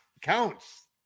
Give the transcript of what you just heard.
counts